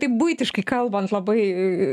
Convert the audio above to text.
taip buitiškai kalbant labai